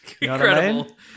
Incredible